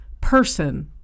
person